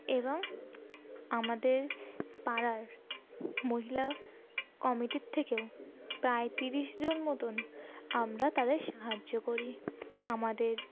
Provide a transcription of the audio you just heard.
এবং আমাদের পাড়ার মহিলা কমিটির থেকেও প্রায় তিরিশজন মতন আমরা তাদের সাহায্য করি আমাদের